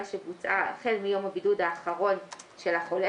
שבוצעה החל מיום הבידוד האחרון של החולה,